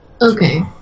Okay